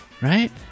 right